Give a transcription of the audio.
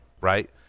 right